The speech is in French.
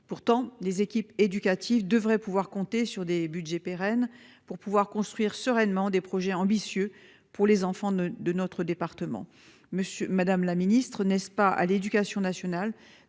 Pourtant, les équipes éducatives devrait pouvoir compter sur des Budgets pérennes pour pouvoir construire sereinement des projets ambitieux pour les enfants ne de notre département. Monsieur Madame la Ministre n'est-ce pas à l'éducation nationale